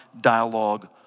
dialogue